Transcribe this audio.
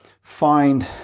find